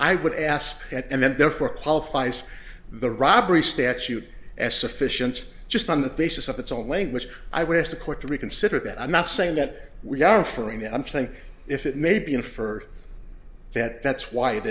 i would ask that and therefore qualifies the robbery statute as sufficient just on the basis of its own language i would ask the court to reconsider that i'm not saying that we are offering that i'm saying if it may be inferred that that's why